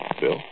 Bill